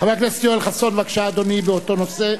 חבר הכנסת יואל חסון, בבקשה, אדוני, באותו נושא.